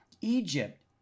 Egypt